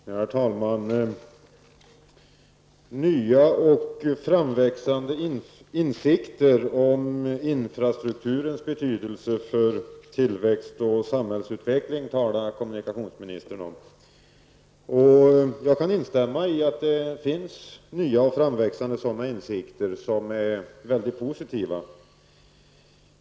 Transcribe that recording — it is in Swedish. Herr talman! Nya och framväxande insikter om infrastrukturens betydelse för tillväxt och samhällsutveckling har kommunikationsministern talat om. Jag kan instämma i att det finns nya och framväxande sådana insikter som är mycket positiva.